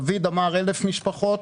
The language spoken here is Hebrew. דוד אמר 1,000 משפחות,